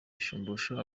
shumbusho